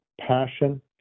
passion